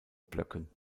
blöcken